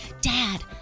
dad